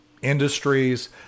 industries